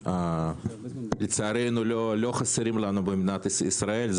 שלצערנו לא חסרים לנו במדינת ישראל,